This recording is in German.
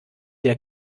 der